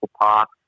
park